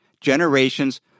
generations